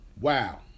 Wow